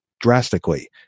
drastically